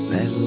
Let